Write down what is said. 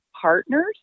partners